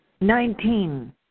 nineteen